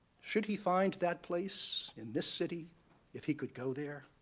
should he find that place in this city if he could go there?